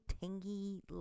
tangy